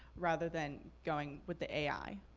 rather than going with the ai?